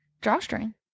Drawstring